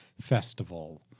festival